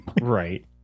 Right